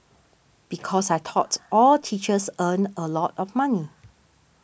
because I thought all teachers earned a lot of money